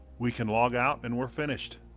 we can log out and we're finished.